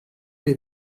lès